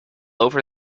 over